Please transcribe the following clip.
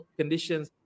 conditions